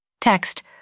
Text